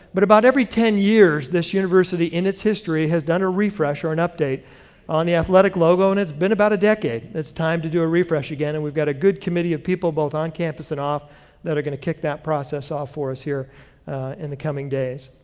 but anybody every ten years this university in its history has done a refresh or an update on the athletic logo, and it's been about a decade. it's time to do a refresh again, and we've got a good committee of people both on campus and off that are going to kick that process off for us here in the coming days.